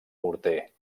morter